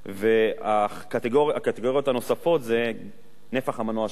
הקטגוריות הנוספות זה נפח המנוע של האופנוע: